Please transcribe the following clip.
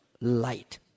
light